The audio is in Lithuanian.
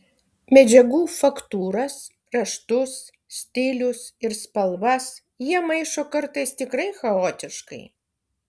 medžiagų faktūras raštus stilius ir spalvas jie maišo kartais tikrai chaotiškai